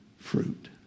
fruit